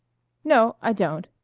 no, i don't.